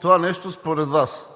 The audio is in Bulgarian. това нещо според Вас,